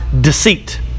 deceit